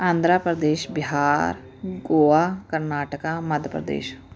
Andhra Pradesh Bihar Goa Karnataka Madhya Pradesh